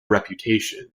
reputation